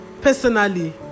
personally